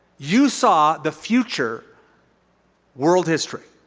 you saw the future world history.